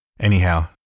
Anyhow